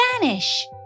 vanish